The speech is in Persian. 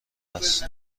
است